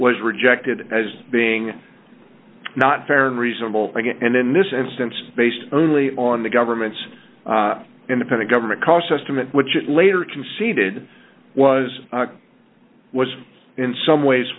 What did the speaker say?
was rejected as being not fair and reasonable and in this instance based only on the government's independent government cost estimate which it later conceded was was in some ways